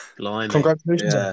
Congratulations